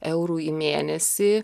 eurų į mėnesį